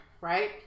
right